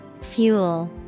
Fuel